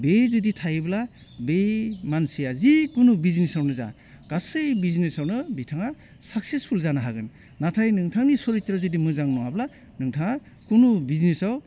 बे जुदि थायोब्ला बै मानसिया जिखुनु बिजनेसावनो जा गासै बिजनेसावनो बिथाङा साक्सेसफुल जानो हागोन नाथाय नोंथांनि सरिथ्रआ जुदि मोजां नङाब्ला नोंथाङा खुनु बिजनेसाव